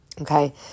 Okay